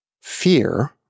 Fear